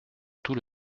tout